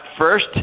first